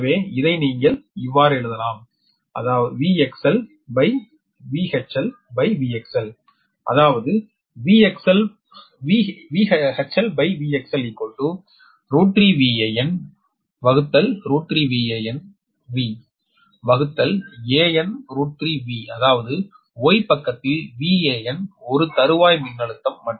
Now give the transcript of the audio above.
எனவே இதை நீங்கள் எழுதலாம் VHLVXLஅதாவது VHLVXL3 VAn3 VanV வகுத்தல் An √𝟑 V அதாவது Y பக்கத்தில் 𝑽𝑨n ஒரு தறுவாய் மின்னழுத்தம்